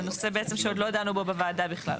זה נושא, בעצם, שעוד לא דנו בו בוועדה בכלל.